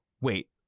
Wait